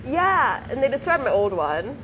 ya and they destroyed my old [one]